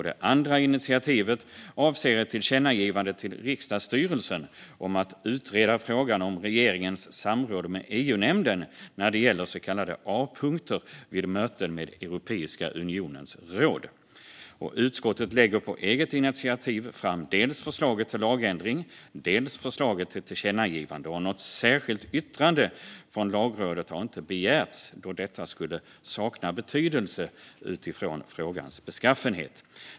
Det andra initiativet avser ett tillkännagivande till riksdagsstyrelsen om att utreda frågan om regeringens samråd med EU-nämnden när det gäller så kallade A-punkter vid möten med Europeiska unionens råd. Utskottet lägger på eget initiativ fram dels förslaget till lagändring, dels förslaget till tillkännagivande. Något särskilt yttrande från Lagrådet har inte begärts då detta skulle sakna betydelse utifrån frågans beskaffenhet.